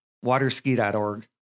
Waterski.org